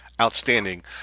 Outstanding